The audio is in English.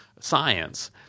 science